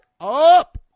Up